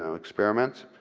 um experiments.